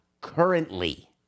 currently